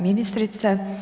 ministrice.